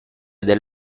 del